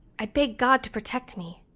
i'd beg god to protect me,